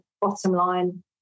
bottom-line